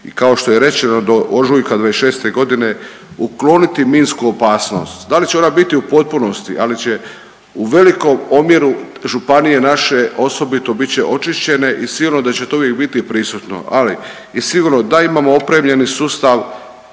i kao što je rečeno do ožujka 2026. godine ukloniti minsku opasnost. Da li će ona biti u potpunosti, ali će u velikom omjeru županije naše osobito bit će očišćene i sigurno da će to uvijek biti prisutno, ali i sigurno da imamo opremljeni sustav